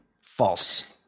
False